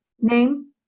Name